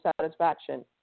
satisfaction